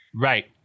right